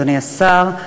אדוני השר,